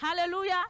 hallelujah